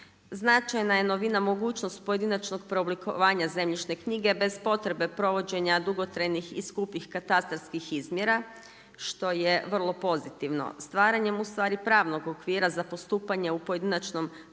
Značajna je novina mogućnost pojedinačnog preoblikovanja zemljišne knjige bez potrebe provođenja dugotrajnih i skupih katastarskih izmjera što je vrlo pozitivno. Stvaranjem ustvari pravnog okvira za postupanja u pojedinačnom preoblikovanju